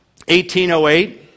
1808